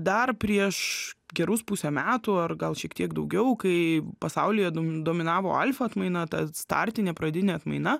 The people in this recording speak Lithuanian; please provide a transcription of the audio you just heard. dar prieš gerus pusę metų ar gal šiek tiek daugiau kai pasaulyje do dominavo alfa atmaina tad startinė pradinė atmaina